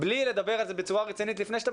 בלי לדבר על זה בצורה רצינית לפני שאתה